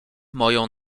moją